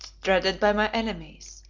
dreaded by my enemies,